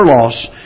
loss